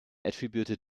attributed